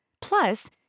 Plus